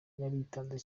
yaritanze